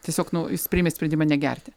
tiesiog nu jis priėmė sprendimą negerti